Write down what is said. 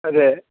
അതെ